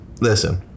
listen